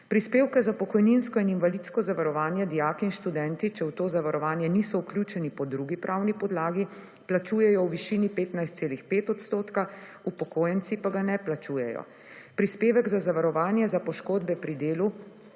Prispevke za pokojninsko in invalidsko zavarovanje dijaki in študentje, če v to zavarovanje niso vključeni po drugi pravni podlagi, plačujejo v višini 15,5 %, upokojenci pa ga ne plačujejo. Prispevek za zavarovanje za poškodbe pri delu